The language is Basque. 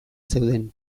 zeuden